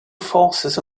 forces